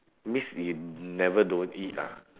means you never don't eat ah